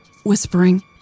whispering